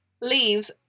leaves